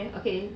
okay